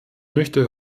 möchte